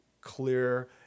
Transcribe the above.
clear